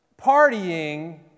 partying